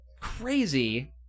crazy